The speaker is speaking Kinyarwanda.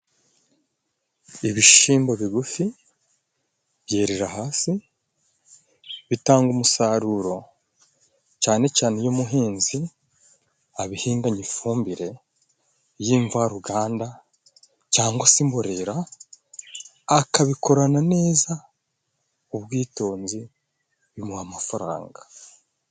Ibishimbo bigufi byerera hasi bitanga umusaruro, cyane cyane iyo umuhinzi abihinganye ifumbire y'invaruganda cyangwa se imborera akabikorana neza ubwitonzi, bimuha amafaranga.